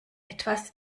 etwas